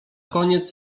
koniec